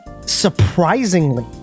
surprisingly